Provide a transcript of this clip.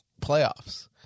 playoffs